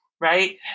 right